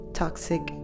toxic